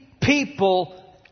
people